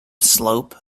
slope